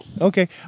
Okay